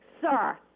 sir